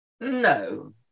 No